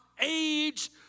age